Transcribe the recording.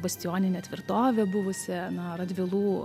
bastioninė tvirtovė buvusi na radvilų